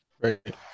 Right